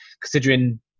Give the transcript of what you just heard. considering